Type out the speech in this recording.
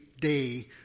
day